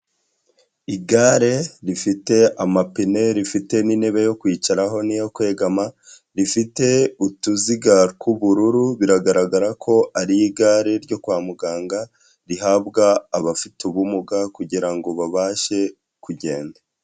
Igare rifite amapine rifite n'intebe yo kwicaraho, n'iyo kwegama, rifite utuziga tw'ubururu biragaragara ko ari igare ryo kwa muganga, rihabwa abafite ubumuga kugirango ngo babashe kugenda.